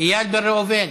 איל בן ראובן,